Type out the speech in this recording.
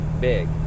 big